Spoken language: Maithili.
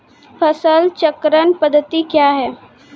फसल चक्रण पद्धति क्या हैं?